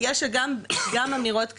יש גם אמירות כאלה,